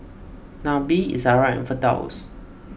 Nabil Izara and Firdaus